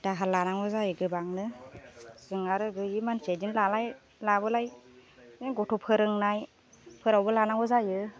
दाहार लानांगौ जायो गोबांनो जों आरो गैयि मानसिया बिदिनो लालाय लाबोलाय बिदिनो गथ' फोरोंनाय फोरावबो लानांगौ जायो